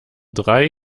drei